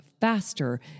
faster